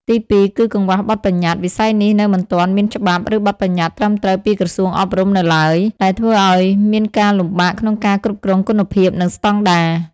ទីពីរ គឺកង្វះបទប្បញ្ញត្តិ វិស័យនេះនៅមិនទាន់មានច្បាប់ ឬបទប្បញ្ញត្តិត្រឹមត្រូវពីក្រសួងអប់រំនៅឡើយ ដែលធ្វើឲ្យមានការលំបាកក្នុងការគ្រប់គ្រងគុណភាព និងស្តង់ដារ។